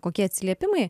kokie atsiliepimai